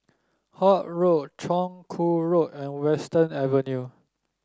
Holt Road Chong Kuo Road and Western Avenue